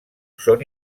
són